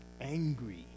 angry